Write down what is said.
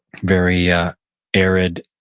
very ah arid,